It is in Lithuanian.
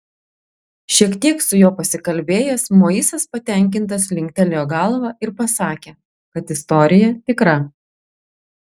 šiek tiek su juo pasikalbėjęs moisas patenkintas linktelėjo galva ir pasakė kad istorija tikra